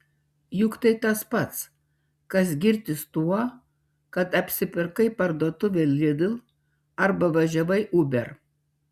juk tai tas pats kas girtis tuo kad apsipirkai parduotuvėje lidl arba važiavai uber